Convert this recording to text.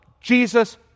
jesus